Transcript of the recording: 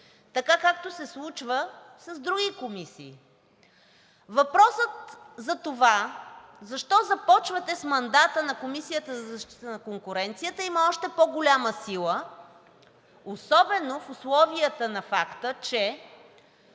така както се случва с други комисии. Въпросът затова защо започвате с мандата на Комисията за защита на конкуренцията има още по-голяма сила особено в условията на факта, че